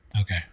okay